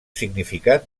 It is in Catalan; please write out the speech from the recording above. significat